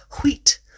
wheat